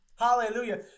Hallelujah